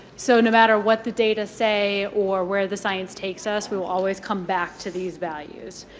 so, no matter what the data say or where the science takes us, we will always come back to these values.